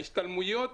ההשתלמויות